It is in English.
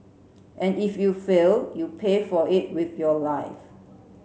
and if you fail you pay for it with your life